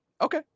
Okay